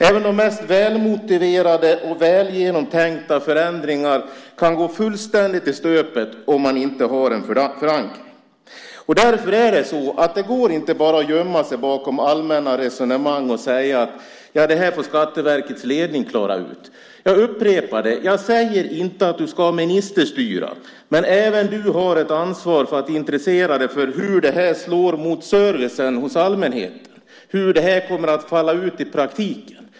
Även de mest välmotiverade och välgenomtänkta förändringar kan gå fullständigt i stöpet om man inte har en förankring. Därför går det inte bara att gömma sig bakom allmänna resonemang och säga att det här får Skatteverkets ledning klara ut. Jag upprepar: Jag säger inte att finansministern ska ministerstyra. Men även finansministern har ett ansvar för att intressera sig för hur det här slår mot servicen för allmänheten och för hur det här kommer att falla ut i praktiken.